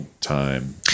time